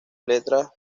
letras